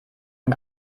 man